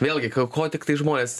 vėlgi ko tiktai žmonės